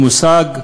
או מושג,